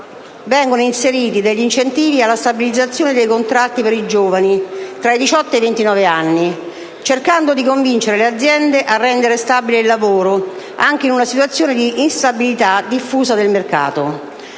vengono inseriti degli incentivi alla stabilizzazione dei contratti per i giovani tra i 18 e i 29 anni, cercando di convincere le aziende a rendere stabile il lavoro, anche in una situazione di instabilita diffusa del mercato.